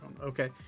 Okay